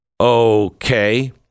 Okay